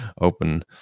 open